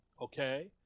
Okay